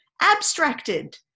Abstracted